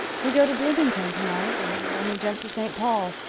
we go to bloomington to-night, and then we jump to st. paul.